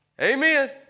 Amen